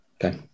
Okay